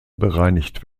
bereinigt